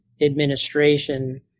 administration